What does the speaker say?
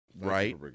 right